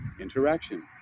interaction